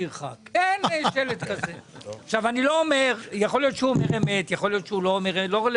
כיוון שלא ראיתי בשום מקום בעיתון שמישהו דורש